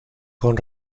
con